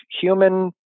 human